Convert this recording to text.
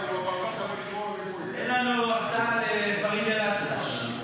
תן לנו הצעה לפריד אל-אטרש.